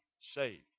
saved